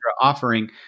offering